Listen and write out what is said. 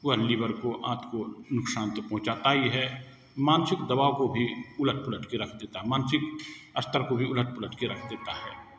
वह लिवर को आंत को नुकसान तो पहुँचाता ही है मानसिक दबाव को भी उलट पुलट के रख देता है मानसिक स्तर को भी उलट पुलट के रख देता है